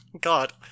God